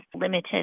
limited